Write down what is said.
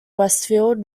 westfield